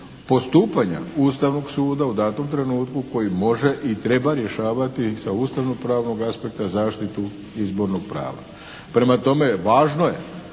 postupanje Ustavnog suda u datom trenutku koji može i treba rješavati sa ustavno-pravnog aspekta zaštitu izbornog prava. Prema tome važno je